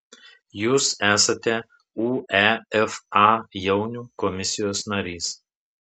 jūs esate uefa jaunių komisijos narys